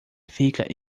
fica